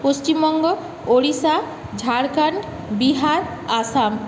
Paschimbanga Odisha Jharkhand Bihar Assam